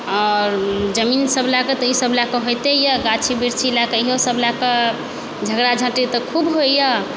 आओर जमीन सब लए कऽ ई सब लए कऽ होइते यऽ गाछी वृक्षी लए एहिओ सब लए तऽ झगड़ा झाटी तऽ खुब होइया